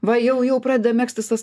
va jau jau pradeda megztis tas